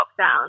lockdown